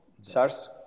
sars